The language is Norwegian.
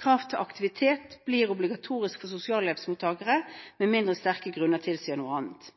Krav til aktivitet blir obligatorisk for sosialhjelpsmottakere, med mindre sterke grunner tilsier noe annet.